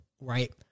Right